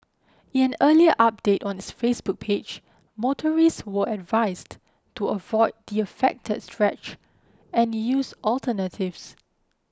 in an earlier update on its Facebook page motorists were advised to avoid the affected stretch and use alternatives